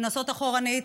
כנסות אחורנית.